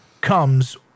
comes